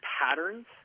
patterns